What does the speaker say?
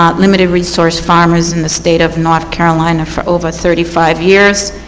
um limited resource farmers in the state of north carolina for over thirty five years.